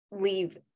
leave